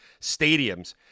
stadiums